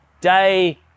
day